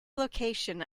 location